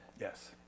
Yes